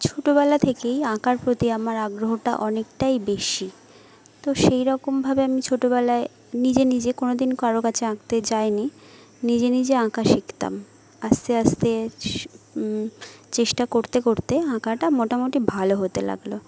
ছোটবেলা থেকেই আঁকার প্রতি আমার আগ্রহটা অনেকটাই বেশি তো সেই রকমভাবে আমি ছোটবেলায় নিজে নিজে কোনো দিন কারো কাছে আঁকতে যাইনি নিজে নিজে আঁকা শিখতাম আস্তে আস্তে চেষ্টা করতে করতে আঁকাটা মোটামুটি ভালো হতে লাগল